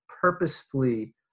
purposefully